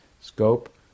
scope